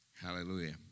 Hallelujah